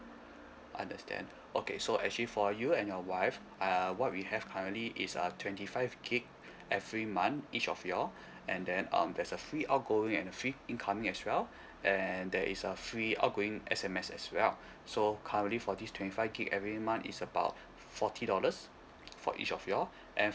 understand okay so actually for you and your wife uh what we have currently is uh twenty five gigabyte every month each of you all and then um there's a free outgoing and a free incoming as well and there is a free outgoing S_M_S as well so currently for this twenty five gigabyte every month is about forty dollars for each of you all and